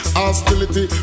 hostility